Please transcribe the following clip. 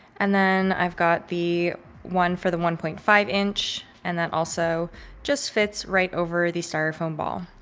and then i've got the one for the one point five inch. and that also just fits right over the styrofoam ball.